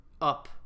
up